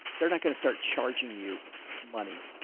they're not going to start charging you money.